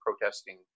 protesting